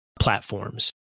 platforms